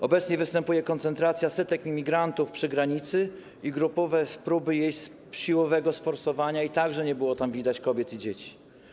Obecnie występuje koncentracja setek imigrantów przy granicy i grupowe próby jej siłowego sforsowania i także nie było tam widać kobiet i dzieci.